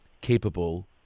capable